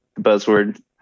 buzzword